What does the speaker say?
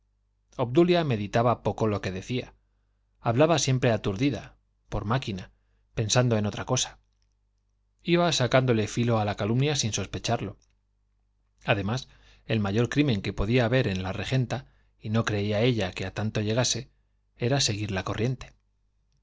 obdulia meditaba poco lo que decía hablaba siempre aturdida por máquina pensando en otra cosa iba sacándole filo a la calumnia sin sospecharlo además el mayor crimen que podía haber en la regenta y no creía ella que a tanto llegase era seguir la corriente